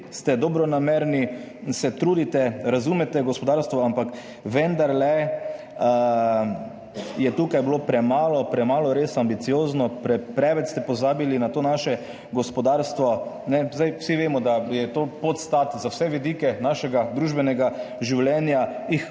ste dobronamerni, se trudite, razumete gospodarstvo, ampak vendarle je bilo tukaj res premalo ambiciozno, pozabili ste na naše gospodarstvo. Vsi vemo, da je to podstat za vse vidike našega družbenega življenja, jih